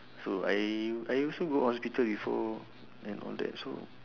so I I also go hospital before and all that so